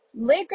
Liquor